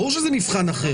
ברור שזה מבחן אחר.